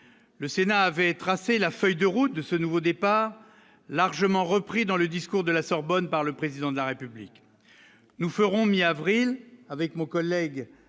le Sénat avait tracé la feuille de route de ce nouveau départ largement repris dans le discours de la Sorbonne, par le président de la République, nous ferons mi-avril avec mon collègue